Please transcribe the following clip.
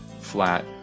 flat